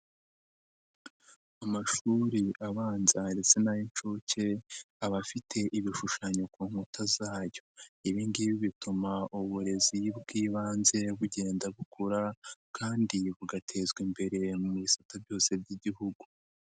Amashuri abanza ndetse n'ay'incuke, aba afite ibishushanyo ku nkuta zayo, ibi ngibi bituma uburezi bw'ibanze bugenda bukura kandi bugatezwa imbere mu bisata byose by'Igihugu.